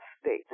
state